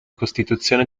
costituzione